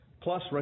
plus